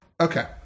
Okay